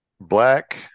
Black